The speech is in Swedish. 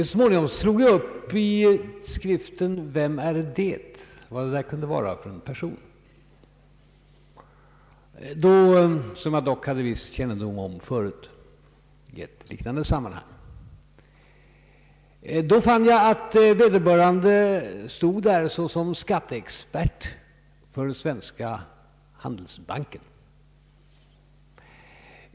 Så småningom slog jag upp i boken Vem är det? för att få reda på vad det kunde vara för person, som jag dock hade fått en viss kännedom om tidigare i ett liknande sammanhang. Jag fann då att vederbörande stod angiven såsom skatteexpert för Svenska handelsbanken.